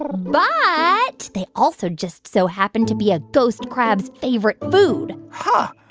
but they also just so happen to be a ghost crab's favorite food huh.